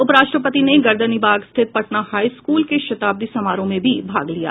उपराष्ट्रपति ने गर्दनीबाग स्थित पटना हाई स्कूल के शताब्दी समारोह में भी भाग लिया